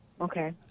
Okay